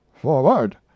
FORWARD